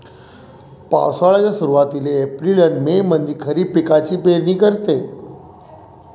पावसाळ्याच्या सुरुवातीले एप्रिल अन मे मंधी खरीप पिकाची पेरनी करते